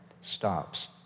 stops